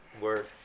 Word